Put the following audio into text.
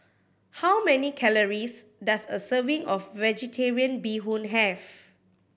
how many calories does a serving of Vegetarian Bee Hoon have